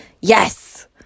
yes